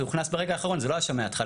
זה הוכנס ברגע האחרון, זה לא היה שם מההתחלה.